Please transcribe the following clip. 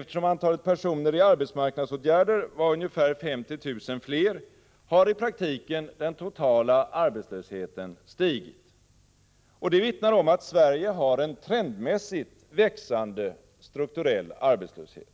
Eftersom antalet personer i arbetsmarknadsåtgärder var ungefär 50 000 fler, har i praktiken den totala arbetslösheten stigit, vilket vittnar om att Sverige har en trendmässigt växande strukturell arbetslöshet.